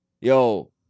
Yo